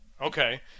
Okay